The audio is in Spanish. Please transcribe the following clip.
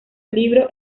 libro